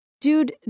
Dude